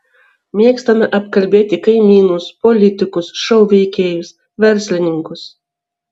mėgstame apkalbėti kaimynus politikus šou veikėjus verslininkus